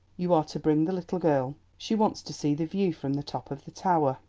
you are to bring the little girl she wants to see the view from the top of the tower.